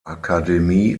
akademie